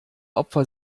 opfer